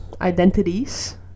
identities